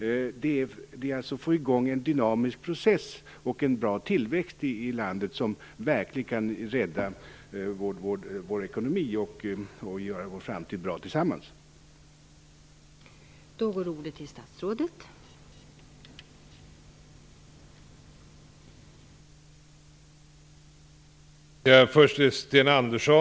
Det gäller alltså att få i gång en dynamisk process och en bra tillväxt, som verkligen kan rädda vår ekonomi och göra vår framtid tillsammans bra.